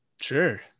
Sure